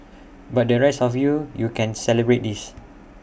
but the rest of you you can celebrate this